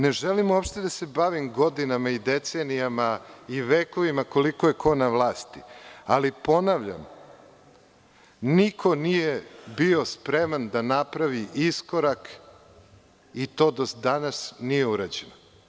Ne želim uopšte da se bavim godinama i decenijama i vekovima koliko je ko na vlasti, ali ponavljam, niko nije bio spreman da napravi iskorak i to do danas nije urađeno.